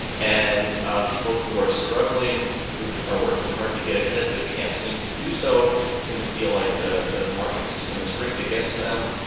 and people who are struggling who are working hard to get ahead but can't seem to do so tend to feel like the the market system is rigged against them.